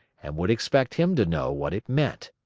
and would expect him to know what it meant.